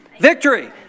Victory